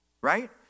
Right